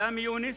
סמי יונס,